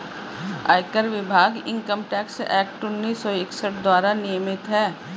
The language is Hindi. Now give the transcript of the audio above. आयकर विभाग इनकम टैक्स एक्ट उन्नीस सौ इकसठ द्वारा नियमित है